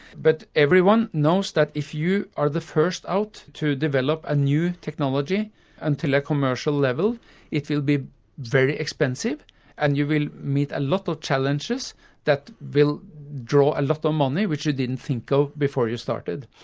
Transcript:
but everyone knows that if you are the first out to develop a new technology until a commercial level it will be very expensive and you will meet a lot of challenges that will draw a lot of um money which you didn't think of before you started.